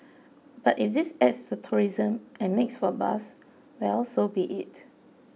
but if this adds to tourism and makes for buzz well so be it